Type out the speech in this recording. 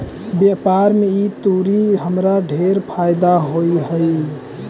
व्यापार में ई तुरी हमरा ढेर फयदा होइत हई